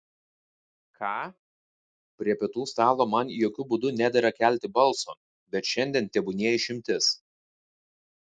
ką prie pietų stalo man jokiu būdu nedera kelti balso bet šiandien tebūnie išimtis